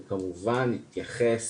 הוא כמובן התייחס